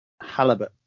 halibut